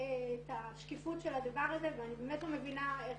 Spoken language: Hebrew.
את השקיפות של הדבר הזה ואני באמת לא מבינה איך